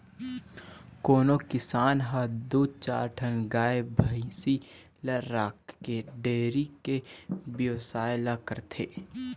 कोनो किसान ह दू चार ठन गाय भइसी ल राखके डेयरी के बेवसाय ल करथे